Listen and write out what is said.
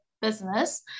Business